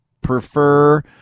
prefer